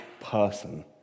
person